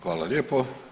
Hvala lijepo.